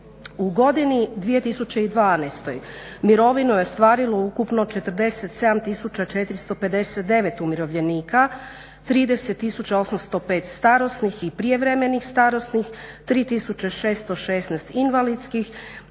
U godini 2012. mirovinu je ostvarilo ukupno 47459 umirovljenika, 30805 starosnih i prijevremenih starosnih, 3616 invalidskih